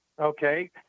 okay